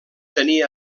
tenir